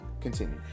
Continue